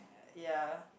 ya